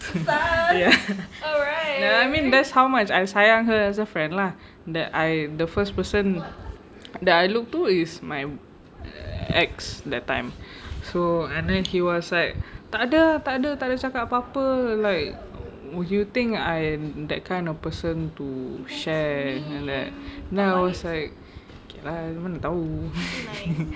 ya I mean that's how much I sayang her as a friend lah that I the first person that I look to is my ex that time so and then he was like takde ah takde cakap apa-apa like you think I that kind of person to share and like that then I was like okay lah mana tahu